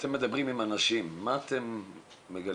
כשאתם מדברים עם אנשים מה אתם מגלים,